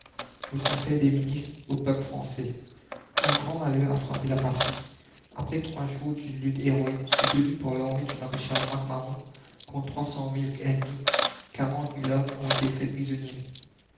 lisait en ce moment avec stupeur un grand malheur a frappé la patrie après trois jours d'une lutte héroïque soutenue par l'armée du maréchal mac mahon contre trois cent mille ennemis quarante mille hommes ont été faits prisonniers